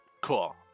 Cool